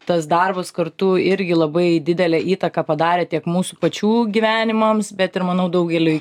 tas darbas kartu irgi labai didelę įtaką padarė tiek mūsų pačių gyvenimams bet ir manau daugeliui